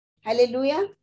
Hallelujah